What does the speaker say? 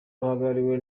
ruhagarariwe